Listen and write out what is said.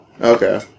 Okay